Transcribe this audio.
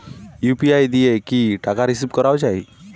UPI দিয়ে কি টাকা রিসিভ করাও য়ায়?